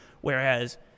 Whereas